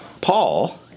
Paul